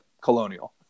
colonial